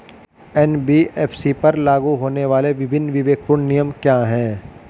NBFC पर लागू होने वाले विभिन्न विवेकपूर्ण नियम क्या हैं?